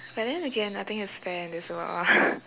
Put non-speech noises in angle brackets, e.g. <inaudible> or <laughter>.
but then again nothing is fair in this world ah <laughs>